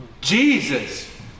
Jesus